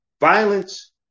violence